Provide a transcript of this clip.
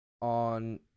on